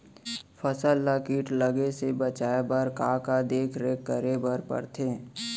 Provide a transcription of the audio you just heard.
फसल ला किट लगे से बचाए बर, का का देखरेख करे बर परथे?